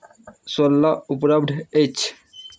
सोलह उपलब्ध अछि